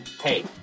hey